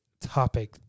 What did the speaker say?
topic